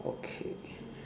okay